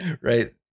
Right